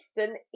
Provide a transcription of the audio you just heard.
eastern